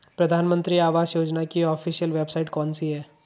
प्रधानमंत्री आवास योजना की ऑफिशियल वेबसाइट कौन सी है?